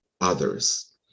others